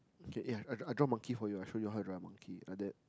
okay yea I I I draw monkey for you I show you how I draw a monkey like that